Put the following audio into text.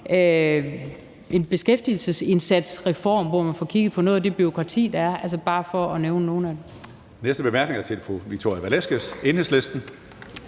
en beskæftigelsesindsatsreform, hvor man får kigget på noget af det bureaukrati, der er. Det er bare for at nævne nogle af dem.